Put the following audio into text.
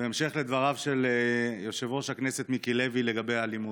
בהמשך לדבריו של יושב-ראש הכנסת מיקי לוי לגבי האלימות,